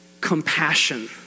compassion